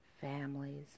families